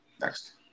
next